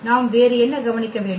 நாம் வேறு என்ன கவனிக்க வேண்டும்